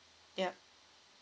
yup